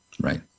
right